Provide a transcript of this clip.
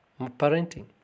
Parenting